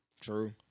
True